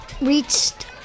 reached